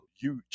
huge